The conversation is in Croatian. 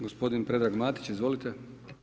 Gospodin Predrag Matić, izvolite.